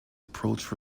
approach